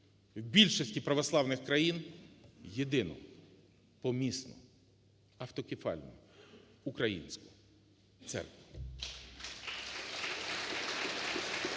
в більшості православних країн, Єдину Помісну Автокефальну Українську Церкву.